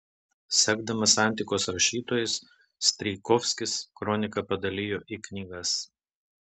sekdamas antikos rašytojais strijkovskis kroniką padalijo į knygas